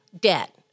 debt